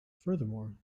furthermore